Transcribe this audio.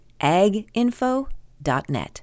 aginfo.net